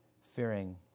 fearing